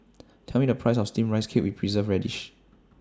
Tell Me The Price of Steamed Rice Cake with Preserved Radish